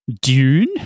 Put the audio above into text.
Dune